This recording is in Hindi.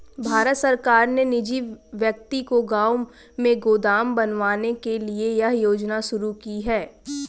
भारत सरकार ने निजी व्यक्ति को गांव में गोदाम बनवाने के लिए यह योजना शुरू की है